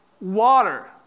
water